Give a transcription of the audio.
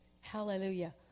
Hallelujah